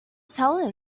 tell